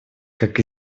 как